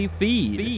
feed